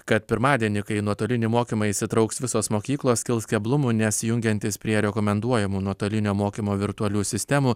kad pirmadienį kai į nuotolinį mokymą įsitrauks visos mokyklos kils keblumų nes jungiantis prie rekomenduojamų nuotolinio mokymo virtualių sistemų